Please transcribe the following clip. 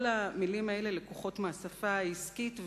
כל המלים האלה לקוחות מהשפה העסקית,